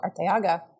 Arteaga